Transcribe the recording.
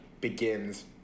Begins